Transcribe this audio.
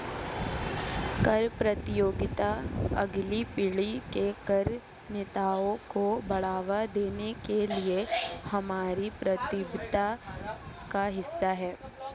कर प्रतियोगिता अगली पीढ़ी के कर नेताओं को बढ़ावा देने के लिए हमारी प्रतिबद्धता का हिस्सा है